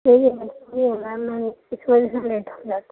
میرے بچوں کے ایگزام میم اِس وجہ سے لیٹ ہو جاتی ہوں